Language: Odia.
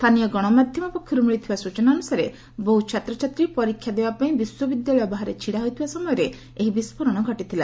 ସ୍ଥାନୀୟ ଗଣମାଧ୍ୟମ ପକ୍ଷରୁ ମିଳିଥିବା ସୂଚନା ଅନୁସାରେ ବହୁ ଛାତ୍ରଛାତ୍ରୀ ପରୀକ୍ଷା ଦେବା ପାଇଁ ବିଶ୍ୱବିଦ୍ୟାଳୟ ବାହାରେ ଛିଡ଼ା ହୋଇଥିବା ସମୟରେ ଏହି ବିସ୍ଫୋରଣ ଘଟିଥିଲା